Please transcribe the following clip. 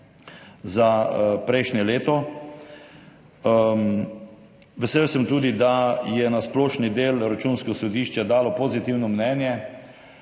za prejšnje leto. Vesel sem tudi, da je na splošni del Računsko sodišče dalo pozitivno mnenje.